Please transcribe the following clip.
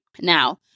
Now